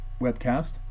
webcast